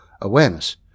awareness